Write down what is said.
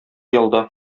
ялда